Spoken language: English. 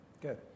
Good